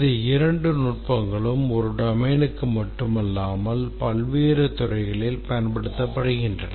இந்த இரண்டு நுட்பங்களும் ஒரு டொமைனுக்கு மட்டுமல்லாமல் பல்வேறு துறைகளில் பயன்படுத்தப்படுகின்றன